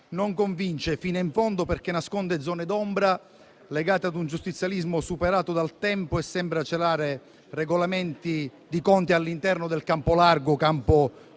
non convince fino in fondo, perché nasconde zone d'ombra legate a un giustizialismo superato dal tempo e sembra celare regolamenti di conti all'interno del campo largo (o campo